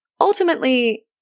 Ultimately